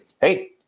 hey